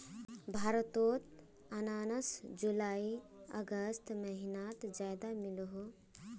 भारतोत अनानास जुलाई अगस्त महिनात ज्यादा मिलोह